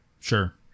sure